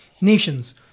nations